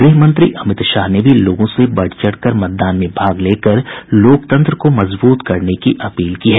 गृह मंत्री अमित शाह ने भी लोगों से बढ़ चढ़ कर मतदान में भाग लेकर लोकतंत्र को मजबूत करने की अपील की है